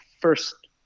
first